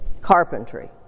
carpentry